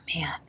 man